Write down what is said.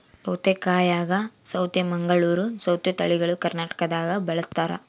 ಸೌತೆಕಾಯಾಗ ಸೌತೆ ಮಂಗಳೂರ್ ಸೌತೆ ತಳಿಗಳು ಕರ್ನಾಟಕದಾಗ ಬಳಸ್ತಾರ